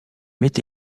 met